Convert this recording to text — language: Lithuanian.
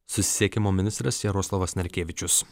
susisiekimo ministras jaroslavas narkėvičius